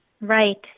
Right